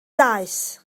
daeth